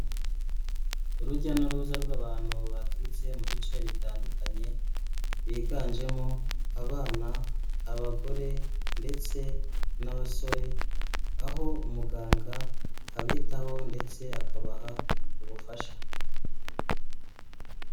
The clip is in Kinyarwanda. Urujya n'uruza rw'abantu baturutse mu bice bitandukanye, biganjemo abana, abagore ndetse n'abasore, aho umuganga abitaho ndetse akabaha ubufasha.